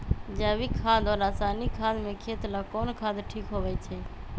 जैविक खाद और रासायनिक खाद में खेत ला कौन खाद ठीक होवैछे?